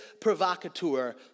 provocateur